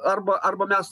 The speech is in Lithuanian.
arba arba mes